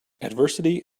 adversity